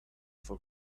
for